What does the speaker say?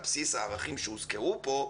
על בסיס הערכים שהוזכרו פה,